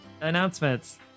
announcements